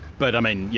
but i mean, yeah